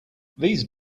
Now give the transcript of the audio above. these